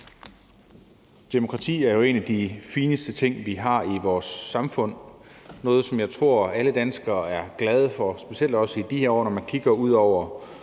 Demokratiet er jo en af de fineste ting, vi har i vores samfund. Det er noget, som jeg tror at alle danskere er glade for, specielt i de her år, når man kigger ud over